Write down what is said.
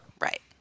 Right